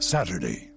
Saturday